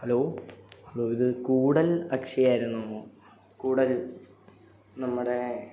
hello hello ഇത് കൂടൽ അക്ഷയായിരുന്നോ കൂടൽ നമ്മുടെ